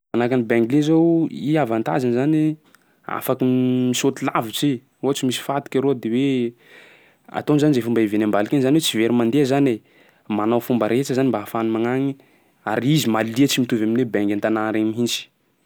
Manahaka an'ny bengy io zao, i avantageny zany afaky misaoty lavitsy, ohatsy misy fatiky arô de hoe ataony zany zay fomba iaviany ambaliky igny zany hoe tsy very mandeha zany e. Manao fomba rehetsa zany mba ahafahany magnagny, ary izy malia tsy mitovy amin'ny hoe bengy an-tanà regny mihitsy.